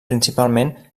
principalment